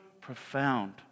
profound